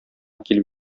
килеп